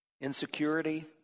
insecurity